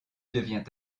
devient